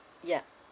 ya